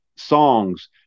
songs